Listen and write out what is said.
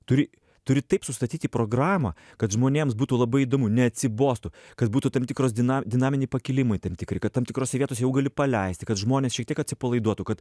turi turi taip sustatyti programą kad žmonėms būtų labai įdomu neatsibostų kad būtų tam tikros dina dinaminiai pakilimai tam tikri kad tam tikrose vietose jau gali paleisti kad žmonės šiek tiek atsipalaiduotų kad